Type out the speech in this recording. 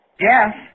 Yes